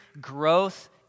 growth